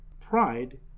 pride